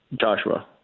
Joshua